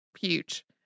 huge